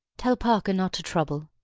tell parker not to trouble.